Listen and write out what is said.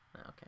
Okay